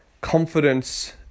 confidence